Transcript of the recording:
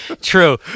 True